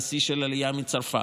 היה שיא של עלייה מצרפת.